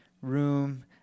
room